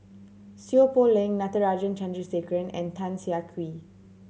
Seow Poh Leng Natarajan Chandrasekaran and Tan Siah Kwee